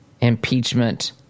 impeachment